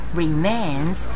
remains